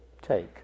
take